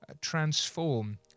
transform